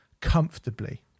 comfortably